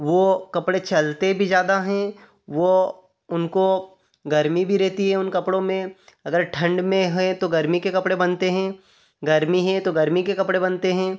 वह कपड़े चलते भी ज़्यादा हैं वह उनको गर्मी भी रहती है उन कपड़ों में अगर ठंड में है तो गर्मी के कपड़े बनते हैं गर्मी है तो गर्मी के कपड़े बनते हैं